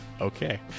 Okay